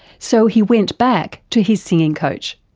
so he went back to his singing coach.